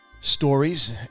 stories